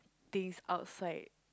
things outside